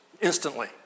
instantly